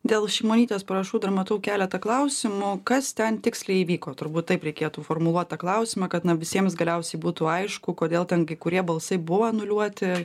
dėl šimonytės parašų dar matau keletą klausimų kas ten tiksliai įvyko turbūt taip reikėtų formuluot tą klausimą kad na visiems galiausiai būtų aišku kodėl ten kai kurie balsai buvo anuliuoti